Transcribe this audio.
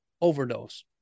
overdose